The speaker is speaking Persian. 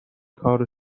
کار